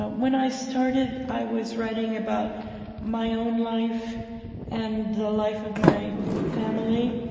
when i started, i was writing about my own life and the life of my family.